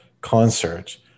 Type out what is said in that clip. concert